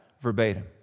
verbatim